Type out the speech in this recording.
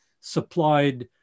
supplied